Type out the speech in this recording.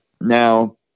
Now